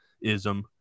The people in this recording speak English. ism